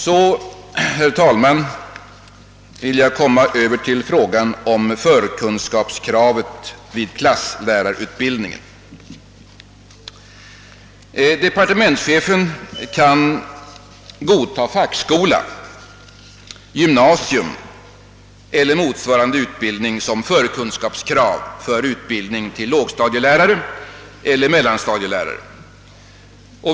Sedan vill jag, herr talman, ta upp Departementschefen kan godta fackskola, gymnasium eller motsvarande utbildning som förkunskapskrav för utbildning till lågstadieeller mellanstadielärare.